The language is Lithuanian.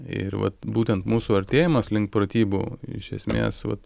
ir vat būtent mūsų artėjimas link pratybų iš esmės vat